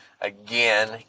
again